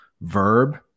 verb